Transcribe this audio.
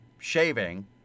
Shaving